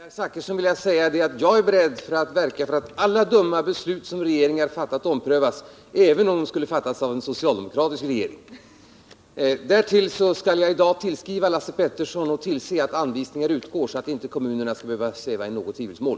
Herr talman! Till herr Zachrisson vill jag säga att jag är beredd att verka för att alla dumma beslut som regeringar har fattat blir omprövade, även om de skulle ha fattats av en socialdemokratisk regering. Vidare skall jag i dag tillskriva Lars Peterson och tillse att anvisningar utgår så att kommunerna inte skall behöva sväva i något tvivelsmål.